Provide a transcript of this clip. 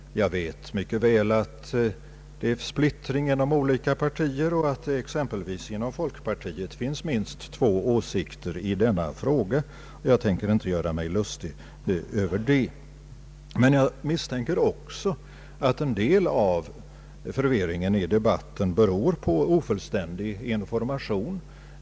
Jag vet mycket väl att det föreligger splittring inom olika partier och att det exempelvis inom folkpartiet finns minst två åsikter i denna fråga. Jag tänker inte göra mig lustig över det, men jag misstänker också att en del av förvirringen i debatten beror på ofullständig information.